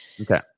Okay